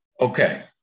Okay